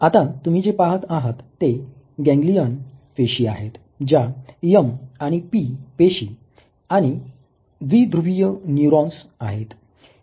आता तुम्ही जे पाहत आहात ते गॅंगलियॉन पेशी आहेत ज्या M आणि P पेशी आणि द्विध्रुवीय न्यूरॉन्स आहेत